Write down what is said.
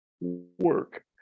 work